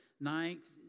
ninth